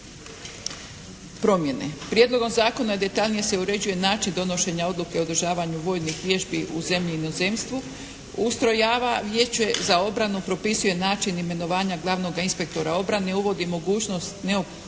promjene. Prijedlogom zakona detaljnije se uređuje način donošenja odluke o održavanju vojnih vježbi u zemlji i inozemstvu, ustrojava Vijeće za obranu, propisuje način imenovanja glavnog inspektora obrane i uvodi mogućnost ne pozivanja